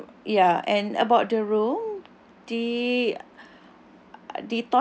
um ya and about the room the